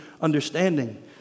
understanding